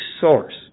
source